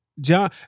John